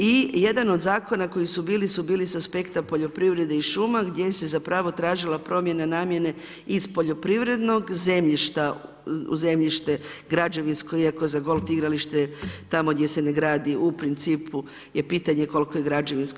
I jedan od zakona koji su bili su bili sa aspekta poljoprivrede i šuma gdje se zapravo tražila promjena namjene iz poljoprivrednog zemljišta u zemljište građevinsko iako za golf igralište tamo gdje se ne gradi u principu je pitanje koliko je građevinsko.